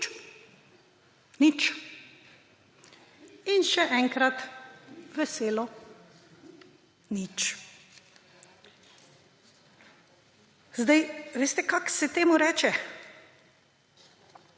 Nič. Nič in še enkrat veselo nič. Veste, kako se temu reče?